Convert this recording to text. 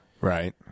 Right